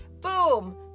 Boom